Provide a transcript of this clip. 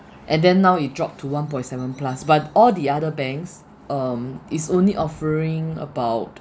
and then now it dropped to one point seven plus but all the other banks um is only offering about